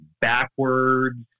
backwards